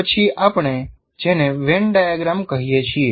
પછી આપણે જેને વેન ડાયાગ્રામ કહીએ છીએ